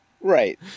Right